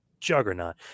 juggernaut